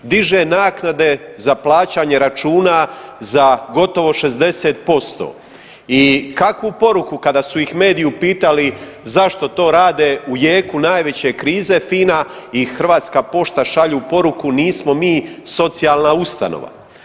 Diže naknade za plaćanje računa za gotovo 60% i kakvu poruku kada su ih mediji upitali zašto to rade u jeku najveće krize FINA i Hrvatska pošta šalju poruku nismo mi socijalna ustanova.